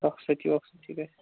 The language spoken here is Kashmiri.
رۅخصتی وۄخصتی گژھِ